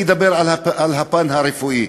אני אדבר על הפן הרפואי.